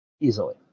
Easily